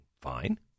fine